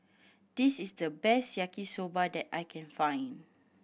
this is the best Yaki Soba that I can find